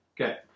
Okay